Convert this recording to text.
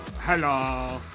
hello